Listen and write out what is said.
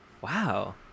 Wow